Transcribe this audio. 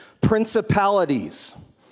Principalities